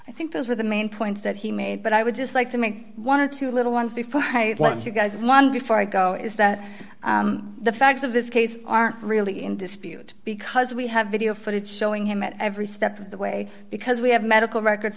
i think those were the main points that he made but i would just like to make one or two little ones before i let you guys one before i go is that the facts of this case aren't really in dispute because we have video footage showing him at every step of the way because we have medical records